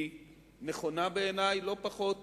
היא נכונה בעיני לא פחות